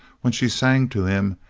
when she sang to him,